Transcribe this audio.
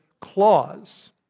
Clause